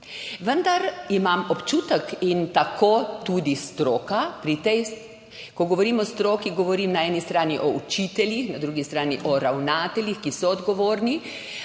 Vendar imam občutek, tako tudi stroka – ko govorimo o stroki, govorim na eni strani o učiteljih, na drugi strani o ravnateljih, ki so odgovorni